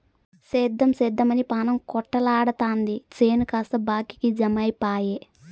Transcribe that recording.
సేద్దెం సేద్దెమని పాణం కొటకలాడతాది చేను కాస్త బాకీకి జమైపాయె